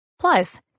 Plus